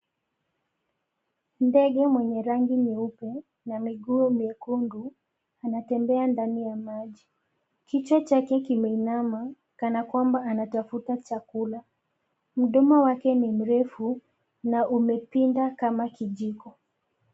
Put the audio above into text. Ndege mwenye rangi nyeupe na miguu miekundu anatembea ndani ya maji. Kichwa chake kimeinama kana kwamba anatafuta chakula. Mdomo wake ni mrefu na umepinda kama kijiko.